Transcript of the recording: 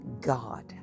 God